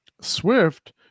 Swift